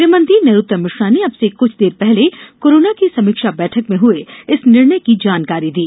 गृहमंत्री नरोत्तम मिश्रा ने अब से कुछ देर पहले कोरोना की समीक्षा बैठक में हुए इस निर्णय की जानकारी दी